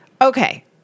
Okay